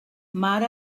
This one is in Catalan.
mar